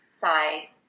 side